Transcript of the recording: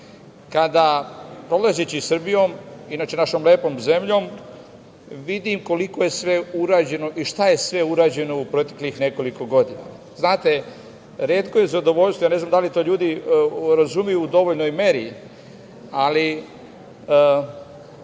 kada prolazeći Srbijom, inače našom lepom zemljom, vidim koliko je sve urađeno i šta je sve urađeno u proteklih nekoliko godina. Retko je zadovoljstvo, ne znam da li to ljudi razumeju u dovoljnoj meri, ali